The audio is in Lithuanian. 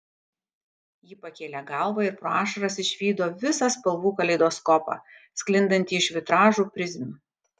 ji pakėlė galvą ir pro ašaras išvydo visą spalvų kaleidoskopą sklindantį iš vitražų prizmių